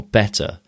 better